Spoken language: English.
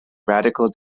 radical